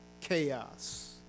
chaos